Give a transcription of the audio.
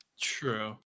True